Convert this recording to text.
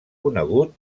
conegut